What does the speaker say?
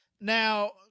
Now